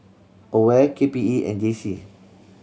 AWARE K P E and J C